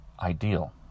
ideal